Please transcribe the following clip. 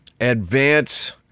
advance